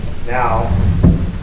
Now